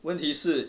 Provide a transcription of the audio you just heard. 问题是